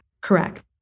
Correct